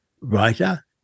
writer